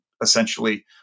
essentially